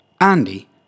Andy